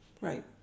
Right